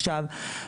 עכשיו,